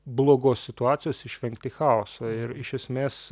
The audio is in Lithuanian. blogos situacijos išvengti chaoso ir iš esmės